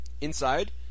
Inside